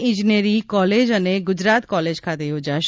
ઇજનેરી કોલેજ અને ગુજરાત કોલેજ ખાતે યોજાશે